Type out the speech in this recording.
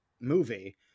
movie